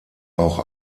auch